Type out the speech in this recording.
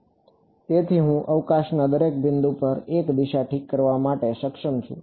તેથી હું અવકાશના દરેક બિંદુ પર એક દિશા ઠીક કરવા માટે સક્ષમ છું